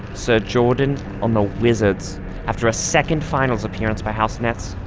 ser jordan on the wizards after a second finals appearance by house nets,